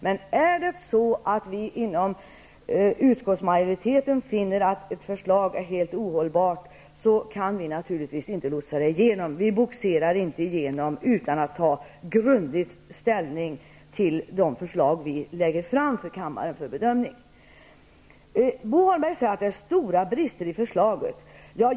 Men om vi inom utskottsmajoriteten finner att ett förslag är helt ohållbart, kan vi naturligtvis inte lotsa igenom det. Vi bogserar inte igenom utan att ta grundlig ställning till de förslag vi lägger fram för bedömning i kammaren. Bo Holmberg säger att det finns stora brister i förslaget.